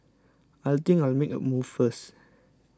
I think I'll make a move first